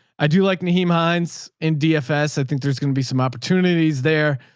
i do like neem, hines and dfs. i think there's going to be some opportunities there.